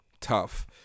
Tough